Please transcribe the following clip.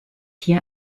hier